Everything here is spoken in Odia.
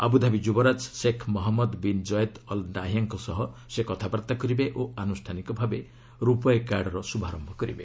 ଆବୁଧାବି ଯୁବରାଜ Sheikh Mohammed bin Zayed Al ନାହିୟାଁଙ୍କ ସହ ସେ କଥାବାର୍ତ୍ତା କରିବେ ଓ ଆନୁଷ୍ଠାନିକ ଭାବେ ରୂପେ କାର୍ଡ଼ର ଶୁଭାରମ୍ଭ କରିବେ